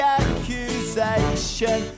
accusation